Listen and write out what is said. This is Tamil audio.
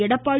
எடப்பாடி